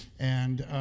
and